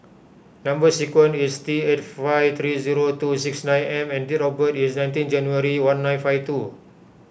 Number Sequence is T eight five three two six nine M and date of birth is nineteen January one nine five two